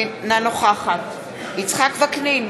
אינה נוכחת יצחק וקנין,